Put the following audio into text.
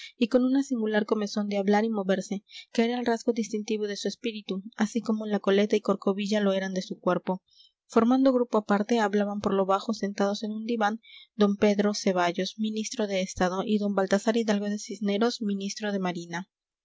y con una singular comezón de hablar y moverse que era el rasgo distintivo de su espíritu así como la coleta y corcovilla lo eran de su cuerpo formando grupo aparte hablaban por lo bajo sentados en un diván d pedro ceballos ministro de estado y d baltasar hidalgo de cisneros ministro de marina